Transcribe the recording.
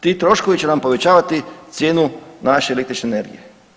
Ti troškovi će nam povećavati cijenu naše električne energije.